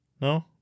no